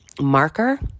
marker